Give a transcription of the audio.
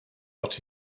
what